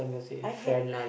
I had